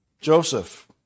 Joseph